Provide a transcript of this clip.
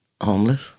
homeless